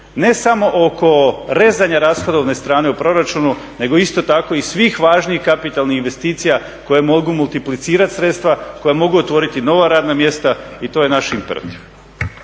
ne samo oko rezanja rashodovne strane u proračunu, nego isto tako i svih važnih kapitalnih investicija koje mogu multiplicirati sredstva, koja mogu otvoriti nova radna mjesta i to je naš imperativ.